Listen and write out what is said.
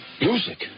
Music